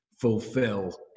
fulfill